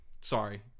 sorry